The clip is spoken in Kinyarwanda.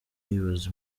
yibaza